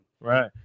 Right